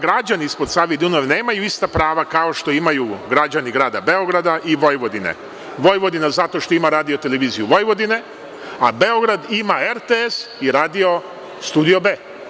Građani ispod Save i Dunava nemaju ista prava kao što imaju građani grada Beograda i Vojvodine, Vojvodina zato što ima RT Vojvodine, a Beograd ima RTS i Radio StudioB.